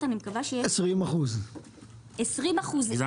2 מיליארד